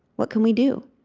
what can we do?